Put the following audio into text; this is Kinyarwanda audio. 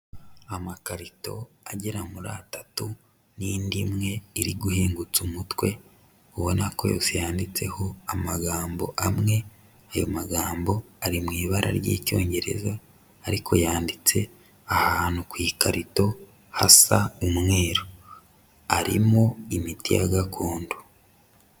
Amakarito agera muri atatu, n'indi imwe iri guhingutsa umutwe, ubona ko yose yanditseho amagambo amwe, ayo magambo ari mu ibara ry'Icyongereza ariko yanditse ahantu ku ikarito hasa umweru. Arimo imiti ya gakondo.